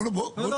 אדוני יושב הראש,